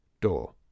Door